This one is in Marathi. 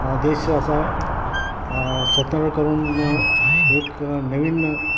देश असा स्वतर करून एक नवीन